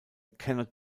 cannot